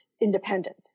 independence